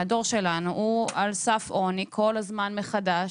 שהדור שלנו הוא על סף עוני כל הזמן מחדש